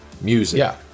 music